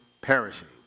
perishing